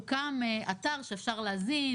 הוקם אתר שאפשר להזין,